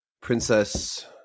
princess